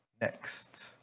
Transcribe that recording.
next